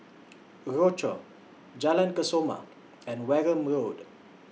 Rochor Jalan Kesoma and Wareham Road